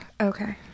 Okay